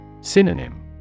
Synonym